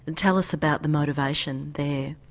and tell us about the motivation there.